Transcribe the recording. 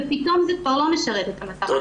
ופתאום זה כבר לא משרת את המטרה.